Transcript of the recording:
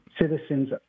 citizens